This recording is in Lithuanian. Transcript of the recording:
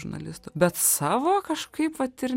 žurnalistų bet savo kažkaip vat ir